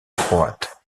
croate